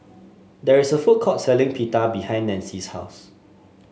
there is a food court selling Pita behind Nanci's house